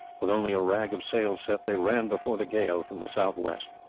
with only a rag of sail set they ran before the gale from the south-west.